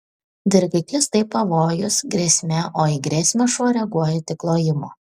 dirgiklis tai pavojus grėsmė o į grėsmę šuo reaguoja tik lojimu